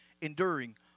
enduring